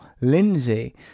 Lindsay